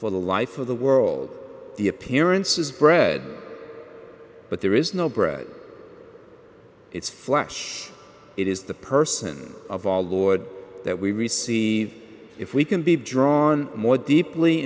for the life of the world the appearance is bread but there is no bread it's flesh it is the person of all lord that we receive if we can be drawn more deeply